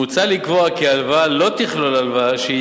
מוצע לקבוע כי ההלוואה לא תכלול הלוואה שהיא